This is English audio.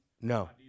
No